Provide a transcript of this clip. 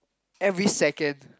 every second